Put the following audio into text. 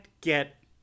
get